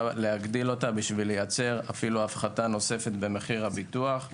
להגדילה כדי לייצר אף הפחתה נוספת במחיר הביטוח.